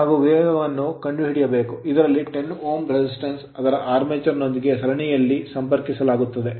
ನಾವು ವೇಗವನ್ನು ಕಂಡುಹಿಡಿಯಬೇಕು ಇದರಲ್ಲಿ 10 Ω resistance ಪ್ರತಿರೋಧವನ್ನು ಅದರ armature ಆರ್ಮೇಚರ್ ನೊಂದಿಗೆ ಸರಣಿಯಲ್ಲಿ ಸಂಪರ್ಕಿಸಲಾಗುತ್ತದೆ